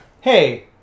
hey